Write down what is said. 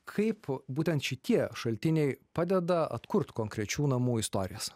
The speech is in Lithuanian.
kaip būtent šitie šaltiniai padeda atkurt konkrečių namų istorijas